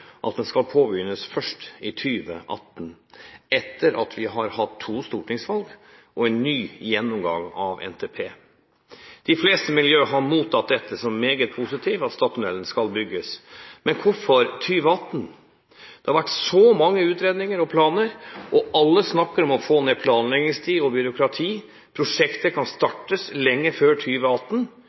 at den skal påbegynnes først i 2018 – etter at vi har hatt to stortingsvalg og en ny gjennomgang av NTP. De fleste miljøer har mottatt dette som meget positivt, at Stad-tunnelen skal bygges, men hvorfor 2018? Det har vært så mange utredninger og planer, og alle snakker om å få ned planleggingstid og byråkrati. Prosjektet kan startes lenge før